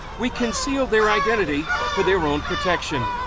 we concealed their identity for their own protection.